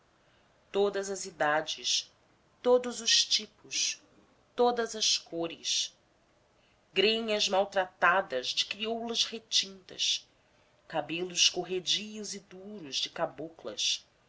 todas as idades todos os tipos todas as cores grenhas maltratadas de crioulas retintas cabelos corredios e duros de caboclas